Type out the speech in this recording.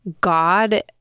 God